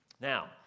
Now